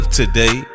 today